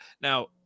now